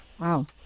Wow